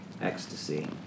ecstasy